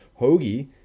Hoagie